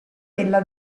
della